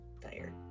tired